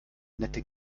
nette